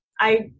I-